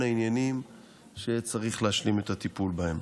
העניינים שצריך להשלים את הטיפול בהם.